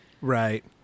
Right